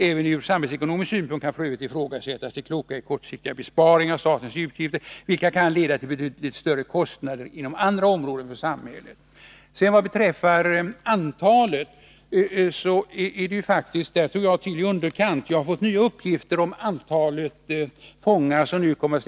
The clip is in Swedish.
Även ur samhällsekonomisk synvinkel kan för övrigt ifrågasättas det kloka i kortsiktiga besparingar av statens utgifter vilka kan leda till betydligt större kostnader inom andra områden av samhället.” Vad beträffar antalet fångar som kommer att släppas fria den 1 juli vill jag säga att jag tog till i underkant.